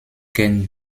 kern